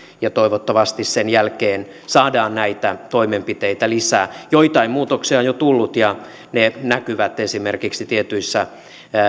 ja toivottavasti sen jälkeen saadaan näitä toimenpiteitä lisää joitain muutoksia on jo tullut ja ne näkyvät esimerkiksi tietyissä